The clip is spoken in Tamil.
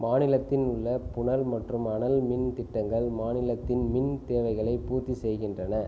மாநிலத்தில் உள்ள புனல் மற்றும் அனல் மின் திட்டங்கள் மாநிலத்தின் மின் தேவைகளை பூர்த்தி செய்கின்றன